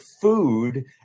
food